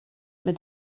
mit